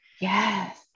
yes